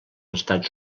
estats